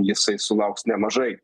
jisai sulauks nemažai